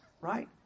right